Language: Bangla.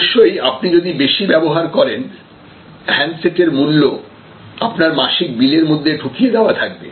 অবশ্যই আপনি যদি বেশি ব্যবহার করেন হ্যান্ড সেটের মূল্য আপনার মাসিক বিলের মধ্যে ঢুকিয়ে দেওয়া থাকবে